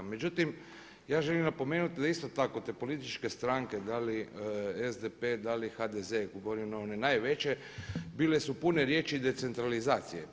Međutim, ja želim napomenuti da isto tako te političke stranke, da li SDP, da li HDZ, govorim one najveće, bile su pune riječi decentralizacije.